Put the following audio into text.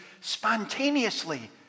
spontaneously